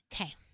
Okay